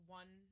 one